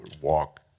walk